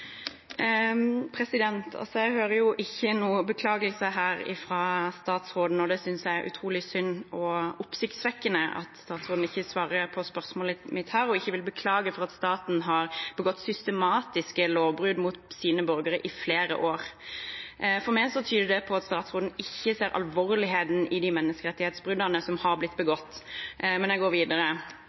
Jeg hører ingen beklagelse fra statsråden. Jeg synes det er utrolig synd og oppsiktsvekkende at statsråden ikke svarer på spørsmålet mitt og ikke vil beklage at staten har begått systematiske lovbrudd mot sine borgere i flere år. For meg tyder det på at statsråden ikke ser alvorligheten i de menneskerettighetsbruddene som har blitt begått, men jeg går videre.